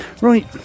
Right